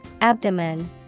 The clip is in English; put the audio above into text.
Abdomen